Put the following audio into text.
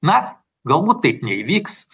na galbūt taip neįvyks